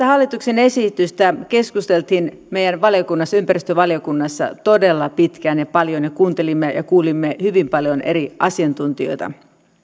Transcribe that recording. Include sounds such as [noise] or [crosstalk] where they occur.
[unintelligible] hallituksen esityksestä keskusteltiin meidän valiokunnassamme ympäristövaliokunnassa todella pitkään ja paljon ja kuuntelimme ja kuulimme hyvin paljon eri asiantuntijoita